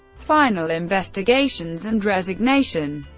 final investigations and resignation